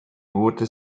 wurde